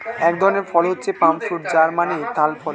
এক ধরনের ফল হচ্ছে পাম ফ্রুট যার মানে তাল ফল